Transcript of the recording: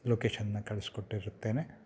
ಲೊಕೇಷನನ್ನ ಕಳ್ಸ್ಕೊಟ್ಟಿರುತ್ತೇನೆ